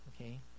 okay